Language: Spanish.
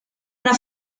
una